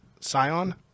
Scion